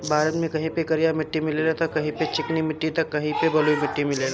भारत में कहीं पे करिया माटी मिलेला त कहीं पे चिकनी माटी त कहीं पे बलुई माटी मिलेला